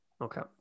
Okay